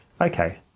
Okay